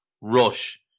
Rush